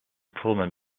pullman